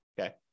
Okay